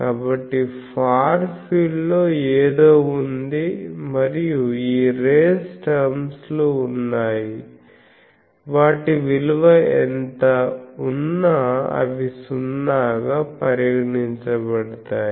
కాబట్టి far field లో ఏదో ఉంది మరియు ఈ రేస్ టర్మ్స్ ఉన్నాయి వాటి విలువ ఎంత ఉన్నా అవి సున్నాగా పరిగణించబడుతాయి